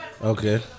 Okay